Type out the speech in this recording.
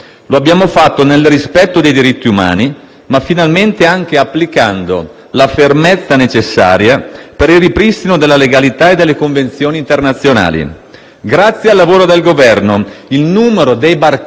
ma finalmente anche applicando la fermezza necessaria per il ripristino della legalità e delle convenzioni internazionali. Grazie al lavoro del Governo il numero dei barconi della morte salpati dalla Libia